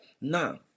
Now